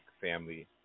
Family